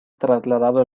trasladado